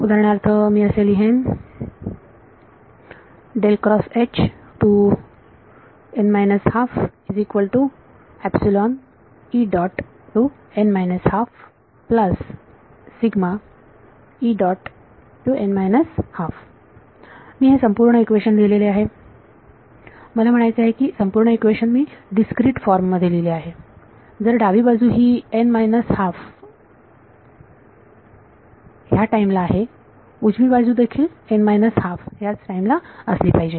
उदाहरणार्थ मी असे लिहीन मी हे संपूर्ण इक्वेशन लिहिलेले आहे मला म्हणायचे आहे की संपूर्ण इक्वेशन मी डीस्क्रीट फॉर्म मध्ये लिहिले आहे जर डावी बाजू ही n मायनस हाफ ह्या टाईम ला आहे उजवी बाजू देखील n मायनस हाफ ह्याच टाईम ला असली पाहिजे